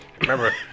Remember